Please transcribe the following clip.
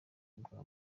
bwa